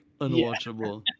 unwatchable